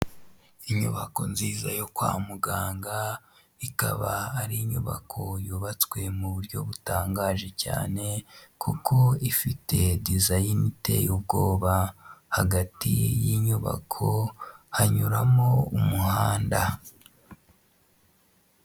Inyubako nziza yo kwa muganga ikaba ari inyubako yubatswe mu buryo butangaje cyane kuko ifite dezayini iteye ubwoba hagati y'inyubako hanyuramo umuhanda.